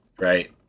right